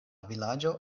vilaĝo